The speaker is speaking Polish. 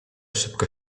szybko